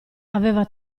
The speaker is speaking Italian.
aveva